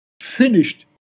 Finished